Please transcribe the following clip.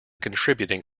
contributing